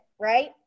right